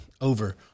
over